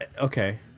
okay